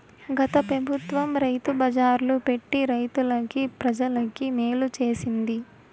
గత పెబుత్వం రైతు బజార్లు పెట్టి రైతులకి, ప్రజలకి మేలు చేసింది